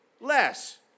less